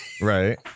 right